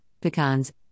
pecans